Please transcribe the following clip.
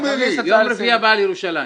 ביום רביעי הבא על ירושלים.